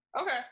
Okay